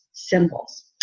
Symbols